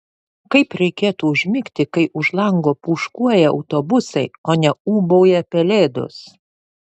kaip reikėtų užmigti kai už lango pūškuoja autobusai o ne ūbauja pelėdos